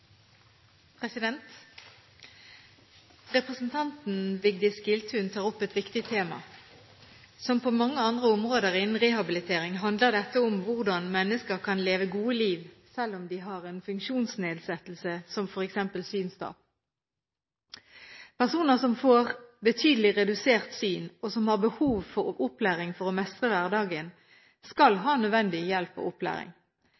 Representanten Vigdis Giltun tar opp et viktig tema. Som på mange andre områder innen rehabilitering handler dette om hvordan mennesker kan leve gode liv, selv om de har en funksjonsnedsettelse, som f.eks. synstap. Personer som får betydelig redusert syn, og som har behov for opplæring for å mestre hverdagen, skal ha nødvendig hjelp og opplæring.